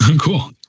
Cool